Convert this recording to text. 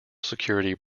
security